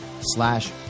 slash